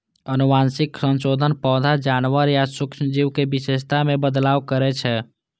आनुवंशिक संशोधन पौधा, जानवर या सूक्ष्म जीव के विशेषता मे बदलाव करै छै